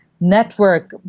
network